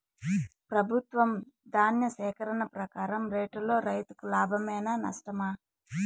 ప్రభుత్వం ధాన్య సేకరణ ప్రకారం రేటులో రైతుకు లాభమేనా నష్టమా?